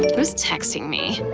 who's texting me?